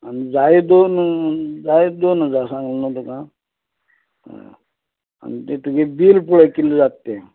आनी जाये दोन जाये दोन हजार सांगला न्हू तुका आनी तें तुगे बील पळय कितले जाता तें